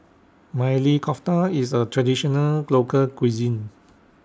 Maili Kofta IS A Traditional Local Cuisine